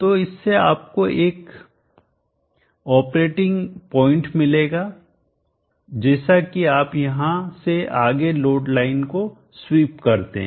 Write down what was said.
तो इससे आपको ऑपरेटिंग एक और ऑपरेटिंग पॉइंट मिलेगा जैसा कि आप यहाँ से आगे लोड लाइन को स्वीप करते हैं